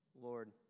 Lord